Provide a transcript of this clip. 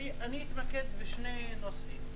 אני אתמקד בשני נושאים,